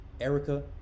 Erica